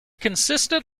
consisted